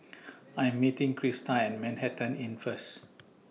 I Am meeting Crysta At Manhattan Inn First